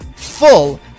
full